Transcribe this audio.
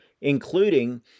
including